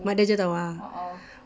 mak dia jer tahu ah